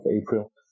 April